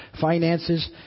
finances